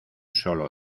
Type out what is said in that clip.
solo